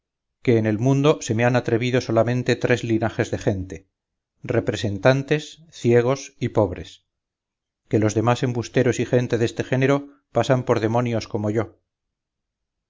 que en el mundo se me han atrevido solamente tres linajes de gente representantes ciegos y pobres que los demás embusteros y gente deste género pasan por demonios como yo